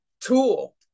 tool